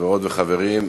חברות וחברים,